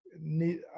need